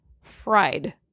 Fried